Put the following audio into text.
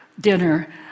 dinner